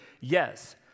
yes